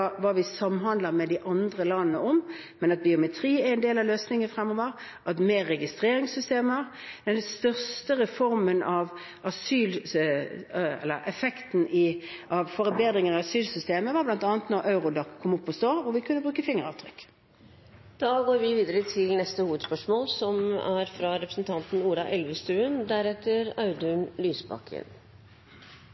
hva vi samhandler med de andre landene om, men både biometri og flere registreringssystemer er en del av løsningen fremover. Den største effekten ved forbedringer i asylsystemet kom bl.a. da Eurodac ble opprettet og vi kunne bruke fingeravtrykk. Vi går videre til neste hovedspørsmål. Lokal luftforurensning er